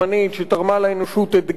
שתרמה לאנושות את גתה,